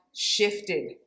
shifted